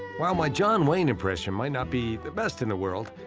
while my john wayne impression might not be the best in the world,